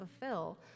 fulfill